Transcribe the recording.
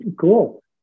Cool